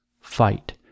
fight